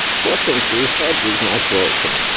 fortunately, his head was not broken,